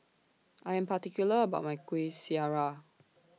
I Am particular about My Kuih Syara